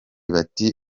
bati